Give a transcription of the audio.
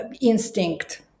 instinct